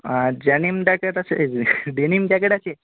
আর denim jacket আছে এই denim jacket আছে